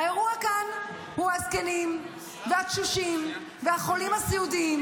האירוע כאן הוא הזקנים והקשישים והחולים הסיעודיים,